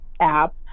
app